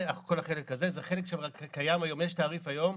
כל חלק הזה, זה חלק שקיים היום, יש תעריף היום.